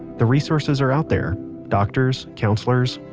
the resources are out there doctors, counselors,